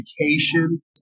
education